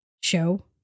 show